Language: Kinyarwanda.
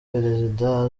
perezida